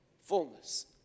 Fullness